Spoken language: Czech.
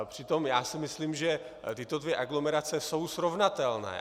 Přitom si myslím, že tyto dvě aglomerace jsou srovnatelné.